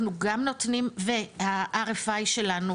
אנחנו גם נותנים וה-RFI שלנו,